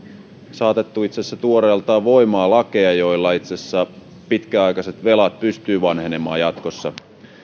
saatettu itse asiassa tuoreeltaan voimaan lakeja joilla itse asiassa pitkäaikaiset velat pystyvät vanhenemaan jatkossa